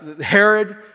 Herod